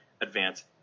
advance